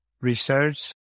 research